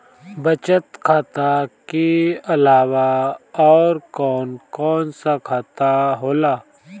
बचत खाता कि अलावा और कौन कौन सा खाता होला?